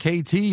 KT